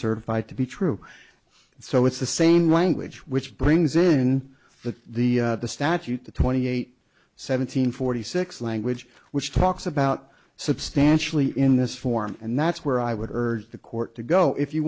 certified to be true so it's the same language which brings in the the the statute the twenty eight seven hundred forty six language which talks about substantially in this form and that's where i would urge the court to go if you